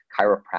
chiropractic